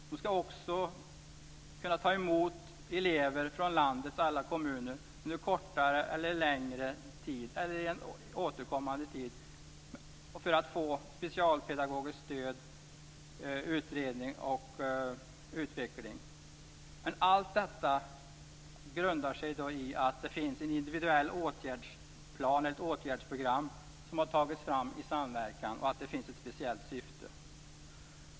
De ska också återkommande kunna ta emot elever från landets alla kommuner under kortare eller längre tid för att ge dem specialpedagogiskt stöd, för att utreda dem och för att ge dem möjlighet att utvecklas. Men allt detta grundar sig på att det finns ett individuellt åtgärdsprogram som har tagits fram i samverkan och att det finns ett speciellt syfte.